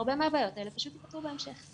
הרבה מהבעיות האלה פשוט יפתרו בהמשך.